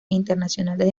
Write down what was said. internacionales